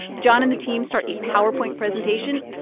john and the team start a powerpoint presentation.